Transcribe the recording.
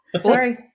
Sorry